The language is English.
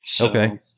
Okay